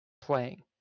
playing